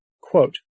Quote